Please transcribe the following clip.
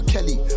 Kelly